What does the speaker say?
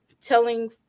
telling